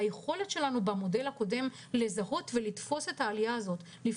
היכולת שלנו לזהות ולתפוס את העלייה הזאת במודל הקודם,